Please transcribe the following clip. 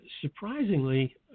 Surprisingly